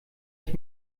ich